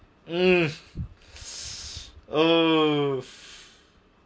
mm oh